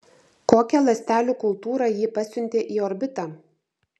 kokią ląstelių kultūrą ji pasiuntė į orbitą